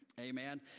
Amen